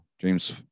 James